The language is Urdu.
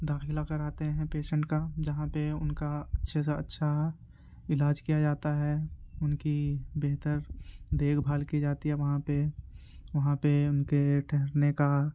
داخلہ کراتے ہیں پیشنٹ کا جہاں پہ ان کا اچھے سے اچھا علاج کیا جاتا ہے ان کی بہتر دیکھ بھال کی جاتی ہے وہاں پہ وہاں پہ ان کے ٹھہرنے کا